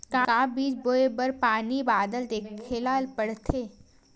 का बीज बोय बर पानी बादल देखेला पड़थे?